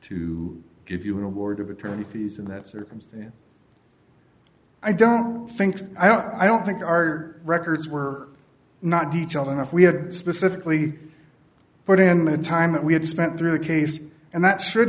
to give you an award of attorney fees in that circumstance i don't think i don't think our records were not detailed enough we had specifically put in the time that we had spent through the case and that should